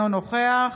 אינו נוכח